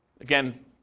Again